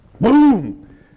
Boom